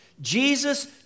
Jesus